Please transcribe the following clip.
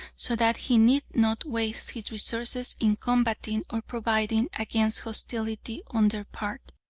so that he need not waste his resources in combating or providing against hostility on their part.